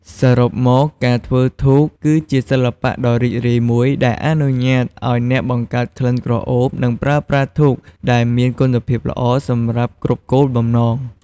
សរុបមកការធ្វើធូប គឺជាសិល្បៈដ៏រីករាយមួយ ដែលអនុញ្ញាតឱ្យអ្នកបង្កើតក្លិនក្រអូបនិងប្រើប្រាស់ធូបដែលមានគុណភាពល្អសម្រាប់គ្រប់គោលបំណង។